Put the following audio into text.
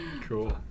Cool